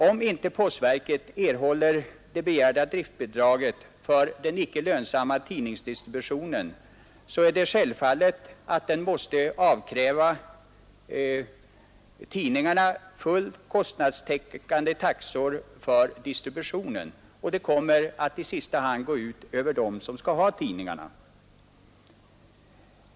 Om postverket inte erhåller det begärda driftbidraget för den icke lönsamma tidningsdistributionen, är det självfallet att det måste kräva fullt kostnadstäckande taxor av tidningarna för denna distribution. Det kommer i sista hand att gå ut över dem som skall ha tidningarna.